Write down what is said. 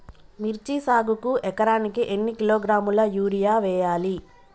మిర్చి సాగుకు ఎకరానికి ఎన్ని కిలోగ్రాముల యూరియా వేయాలి?